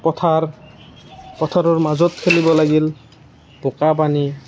পথাৰ পথাৰৰ মাজত খেলিব লাগিল বোকা পানী